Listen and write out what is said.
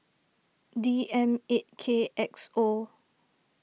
D M eight K X O